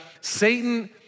Satan